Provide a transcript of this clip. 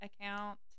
account